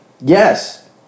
Yes